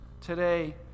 today